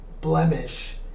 blemish